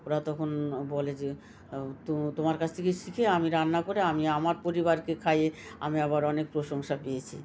ওরা তখন বলে যে তো তোমার কাছ থেকেই শিখে আমি রান্না করে আমি আমার পরিবারকে খাইয়ে আমি আবার অনেক প্রশংসা পেয়েছি